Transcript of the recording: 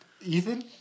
ethan